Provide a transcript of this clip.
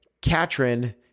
Katrin